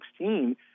2016